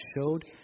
showed